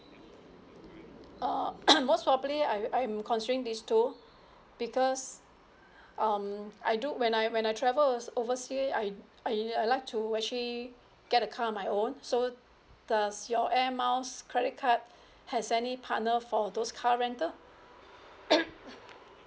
uh most probably I I'm considering these two because um I do when I when I travel overseas I I I like to actually get a car on my own so does your air miles credit card has any partner for those car rental